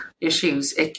issues